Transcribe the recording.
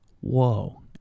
Whoa